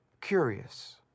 curious